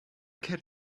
cat